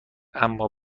اما